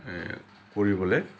কৰিবলৈ